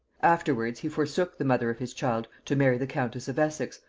afterwards he forsook the mother of his child to marry the countess of essex,